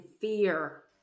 fear